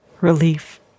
Relief